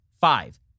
Five